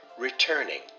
returning